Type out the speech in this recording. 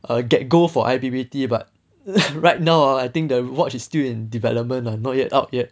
err get gold for I_P_P_T but right now I think the watch is still in development ah not yet out yet